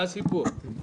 מה הסיפור?